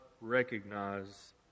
recognize